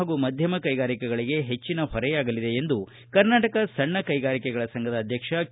ಹಾಗು ಮಧ್ಯಮ ಕೈಗಾರಿಕೆಗಳಿಗೆ ಹೆಚ್ಚಿನ ಹೊರೆಯಾಗಲಿದೆ ಎಂದು ಕರ್ನಾಟಕ ಸಣ್ಣ ಕೈಗಾರಿಕೆಗಳ ಸಂಘದ ಅಧ್ಯಕ್ಷ ಕೆ